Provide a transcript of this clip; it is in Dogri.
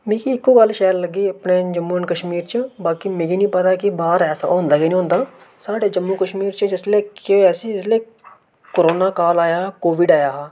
मिगी इक्को गल्ल शैल लग्गी अपने जम्मू एंड कश्मीर च बाकी मिगी नेईं पता कि बाहर ऐसा होंदा जां नेईं होंदा साढ़े जम्मू कश्मीर च जिसलै केह् ऐसी जिसलै करोना काल आया हा कोविड आया हा